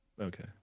Okay